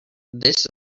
this